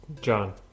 John